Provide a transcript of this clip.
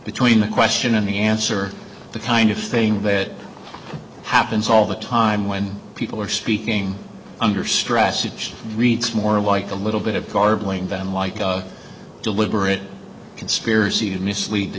between the question and the answer the kind of thing that happens all the time when people are speaking under stress it just reads more like a little bit of garbling than like a deliberate conspiracy to mislead the